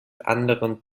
anderen